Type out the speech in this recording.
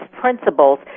principles